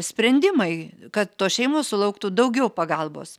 sprendimai kad tos šeimos sulauktų daugiau pagalbos